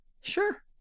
Sure